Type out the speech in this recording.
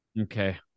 Okay